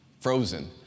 frozen